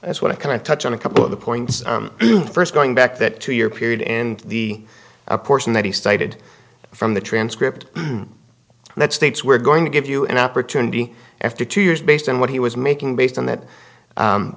that's what i kind of touched on a couple of the points first going back that two year period and the portion that he cited from the transcript that states were going to give you an opportunity after two years based on what he was making based on that